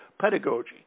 pedagogy